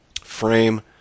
frame